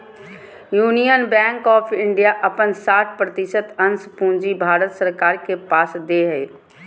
union bank of India अपन साठ प्रतिशत अंश पूंजी भारत सरकार के पास दे हइ